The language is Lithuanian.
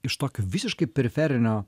iš tokio visiškai periferinio